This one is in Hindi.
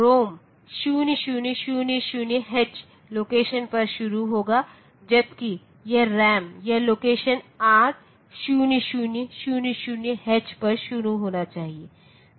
रोम 0000h लोकेशन पर शुरू होगा जबकि यह रैम यह लोकेशन 8000h पर शुरू होना चाहिए